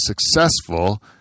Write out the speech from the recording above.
successful